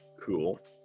Cool